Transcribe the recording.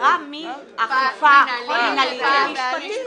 ההעברה מאכיפה מינהלית למשפטית.